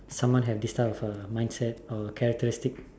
someone have this type of uh mindset or characteristic